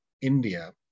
India